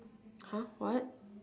!huh! what